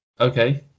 Okay